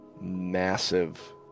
massive